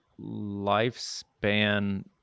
lifespan